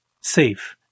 safe